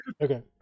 Okay